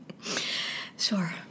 Sure